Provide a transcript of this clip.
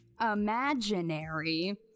IMAGINARY